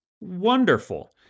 wonderful